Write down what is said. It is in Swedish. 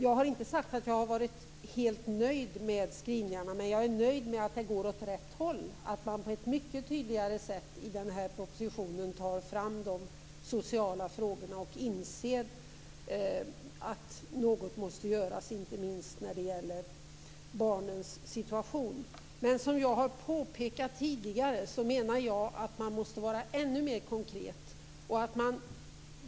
Jag har inte sagt att jag är helt nöjd med skrivningarna, men jag är nöjd med att det går åt rätt håll och att man på ett mycket tydligare sätt i propositionen tar fram de sociala frågorna och inser att någonting måste göras, inte minst för barnens situation. Men som jag påpekat tidigare menar jag att man måste vara ännu mer konkret.